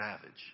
savage